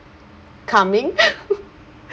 calming